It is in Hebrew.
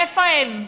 איפה הם?